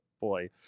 Boy